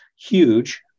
huge